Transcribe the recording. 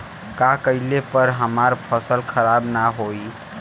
का कइला पर हमार फसल खराब ना होयी?